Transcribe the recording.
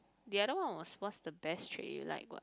the other one was what's the best trait you like what